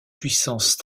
puissance